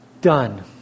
done